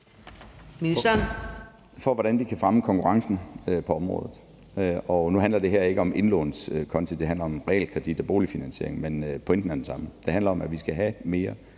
Hvordan vi kan fremme konkurrencen på området. Nu handler det her ikke om indlånskonti, men det handler om realkredit og boligfinansiering. Men pointen er den samme. Det handler om, at vi skal have mere